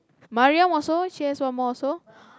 Mariam also she has one more also